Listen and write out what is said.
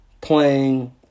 playing